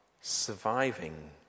surviving